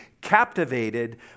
captivated